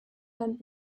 dann